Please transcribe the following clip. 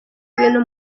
ibintu